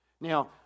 Now